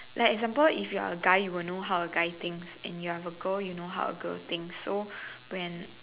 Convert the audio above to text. like example if you are guy you will know how a guy thinks and you are a girl you know how a girls thinks so when